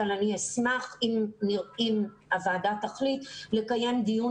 אבל אני אשמח אם הועדה תחליט לקיים דיון